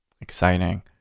exciting